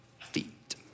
feet